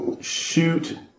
shoot